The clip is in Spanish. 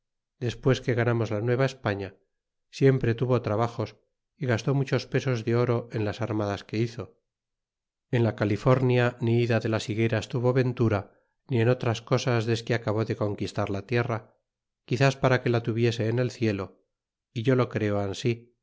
despues que ganamos la nueva españa siempre tuvo trabajos y gastó muchos pesos de oro en las armadas que hizo en la california ni ida de las higueras tuvo ventura ni en otras cosas desque acabó de conquistar la tierra quizas para que la tuviese en el cielo y yo lo creo ansí